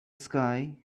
sky